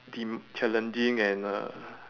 deemed challenging and uh